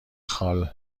خال